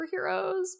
superheroes